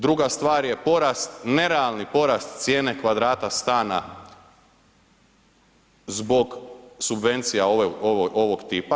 Druga stvar je porast, nerealni porast cijene kvadrata stana zbog subvencija ovog tipa.